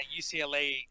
UCLA